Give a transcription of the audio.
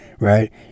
Right